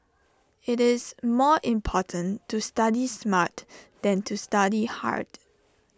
IT is more important to study smart than to study hard